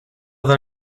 than